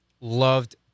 loved